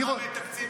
לתת עוגן